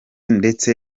ndetse